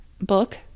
book